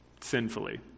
sinfully